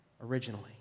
originally